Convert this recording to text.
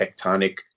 tectonic